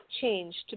changed